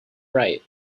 right